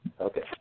Okay